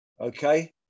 okay